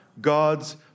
God's